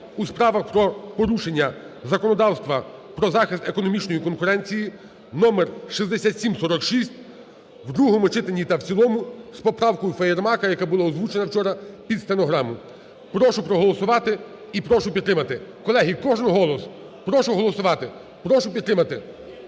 у справах про порушення законодавства про захист економічної конкуренції (№ 6747) в другому читанні та в цілому з поправкою Фаєрмарк, яка була озвучена вчора під стенограму. Прошу проголосувати і прошу підтримати. Колеги, кожний голос. Прошу голосувати, прошу підтримати.